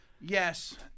Yes